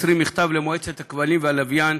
20 מכתב למועצה לשידורי כבלים ולשידורי לוויין